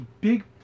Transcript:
big